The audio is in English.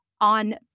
on